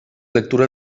lectura